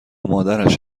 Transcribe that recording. مادرش